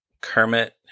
Kermit